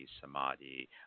samadhi